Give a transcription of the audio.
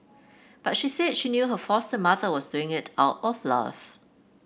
but she said she knew her foster mother was doing it out of love